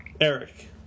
Eric